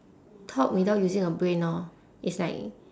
talk without using a brain orh it's like